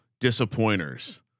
disappointers